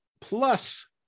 Plus